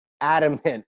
adamant